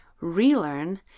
relearn